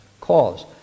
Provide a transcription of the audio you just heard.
cause